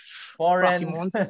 foreign